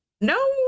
no